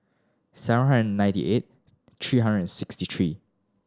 seven hundred ninety eight three hundred and sixty three